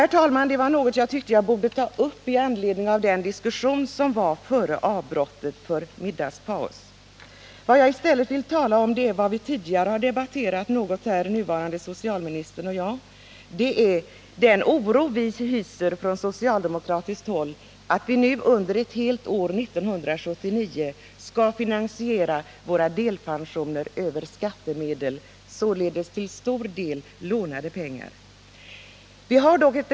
Herr talman, detta var några saker jag tyckte jag borde ta upp i anledning av diskussionen före avbrottet för middagspaus. Nu vill jag i stället tala om något som nuvarande socialministern och jag tidigare debatterat, nämligen den oro vi från socialdemokratiskt håll hyser inför att man under år 1979 skall finansiera våra delpensioner över skattemedel, således till större delen lånade pengar.